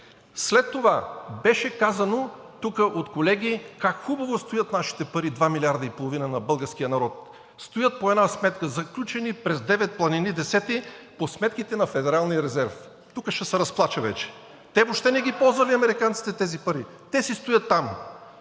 След това, беше казано тук от колеги как хубаво стоят нашите пари – 2 милиарда и половина, на българския народ, стоят по една сметка заключени през девет планини в десета, по сметките на Федералния резерв. Тук ще се разплача вече! Те въобще не ги ползвали, американците, тези пари. Те си стоят там.